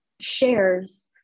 shares